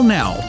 now